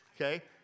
Okay